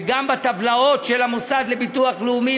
וגם בטבלאות של המוסד לביטוח לאומי,